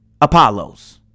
Apollo's